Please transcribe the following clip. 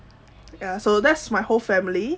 ya so that's my whole family